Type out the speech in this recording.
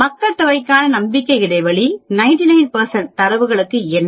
மக்கள்தொகைக்கான நம்பிக்கை இடைவெளி 99 தரவுகளுக்கு என்ன